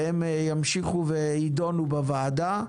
והם ימשיכו ויידונו בוועדה,